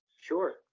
Sure